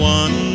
one